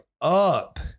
up